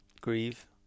grieve